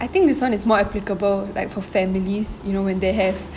I think this one is more applicable like for families you know when they have